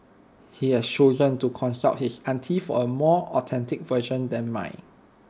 he has chosen to consult his auntie for A more authentic version than mine